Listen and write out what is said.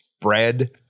bread